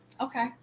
Okay